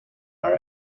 are